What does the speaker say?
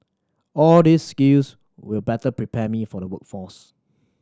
all these skills will better prepare me for the workforce